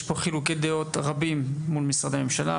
יש פה חילוקי דעות רבים מול משרדי הממשלה,